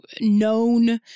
known